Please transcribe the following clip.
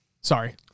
Sorry